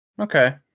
Okay